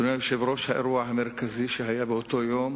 אדוני היושב-ראש, האירוע המרכזי שהיה באותו יום